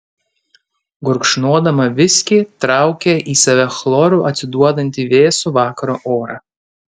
gurkšnodama viskį traukė į save chloru atsiduodantį vėsų vakaro orą